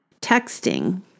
texting